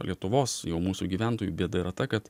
lietuvos jau mūsų gyventojų bėda yra ta kad